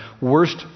worst